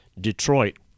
Detroit